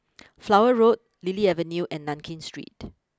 Flower Road Lily Avenue and Nankin Street